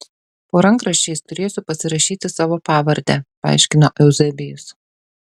po rankraščiais turėsiu pasirašyti savo pavardę paaiškino euzebijus